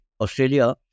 Australia